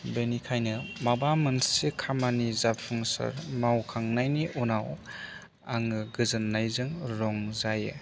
बेनिखायनो माबा मोनसे खामानि जाफुंसार मावखांनायनि उनाव आङो गोजोन्नायजों रंजायो